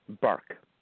bark